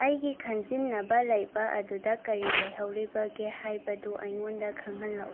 ꯑꯩꯒꯤ ꯈꯟꯖꯤꯟꯅꯕ ꯂꯩꯕ ꯑꯗꯨꯗ ꯀꯔꯤ ꯂꯩꯍꯧꯔꯤꯕꯒꯦ ꯍꯥꯏꯕꯗꯨ ꯑꯩꯉꯣꯟꯗ ꯈꯪꯍꯜꯂꯛꯎ